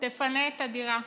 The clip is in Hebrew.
תפנה את הדירה.